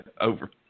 Over